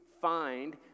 find